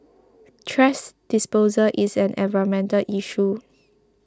thrash disposal is an environmental issue